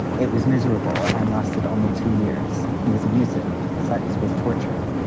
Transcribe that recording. it was miserable and lasted only two years. he was abusive. sex was torture.